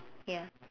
ya